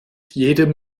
jedem